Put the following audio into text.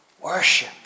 Worship